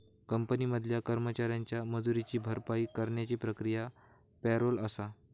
company मधल्या कर्मचाऱ्यांच्या मजुरीची भरपाई करण्याची प्रक्रिया पॅरोल आसा